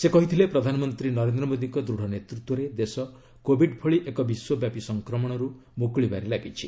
ସେ କହିଥିଲେ ପ୍ରଧାନମନ୍ତ୍ରୀ ନରେନ୍ଦ୍ର ମୋଦୀଙ୍କ ଦୃଢ଼ ନେତୃତ୍ୱରେ ଦେଶ କୋବିଡ ଭଳି ଏକ ବିଶ୍ୱପ୍ୟାପୀ ସଫ୍ରକ୍ରମଣରୁ ମୁକୁଳିବାରେ ଲାଗିଛି